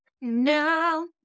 no